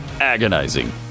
Agonizing